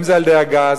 אם זה על-ידי הגז,